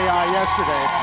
yesterday